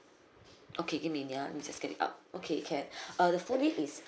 okay give me a minute ya I just get it out okay can mm the full name is